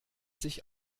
sich